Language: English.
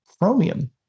chromium